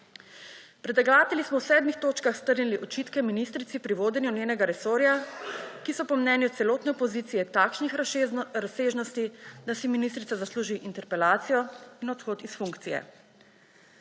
Predlagatelji smo v sedmih točkah strnili očitke ministrici pri vodenju njenega resorja, ki so po mnenju celotne opozicije takšnih razsežnosti, da si ministrica zasluži interpelacijo in odhod s funkcije.